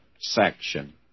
section